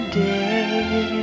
day